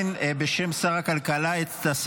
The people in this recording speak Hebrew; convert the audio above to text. התשפ"ד 2024, לקריאה הראשונה.